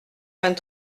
vingt